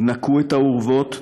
נקו את האורוות,